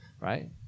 right